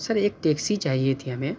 سر ایک ٹیکسی چاہیے تھی ہمیں